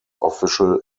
official